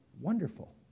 wonderful